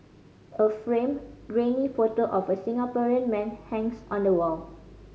a framed grainy photo of the Singaporean man hangs on the wall